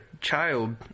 child